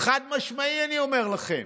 חד-משמעית אני אומר לכם,